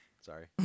Sorry